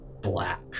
black